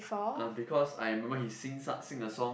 uh because I remember he sings uh sing a song